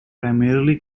primarily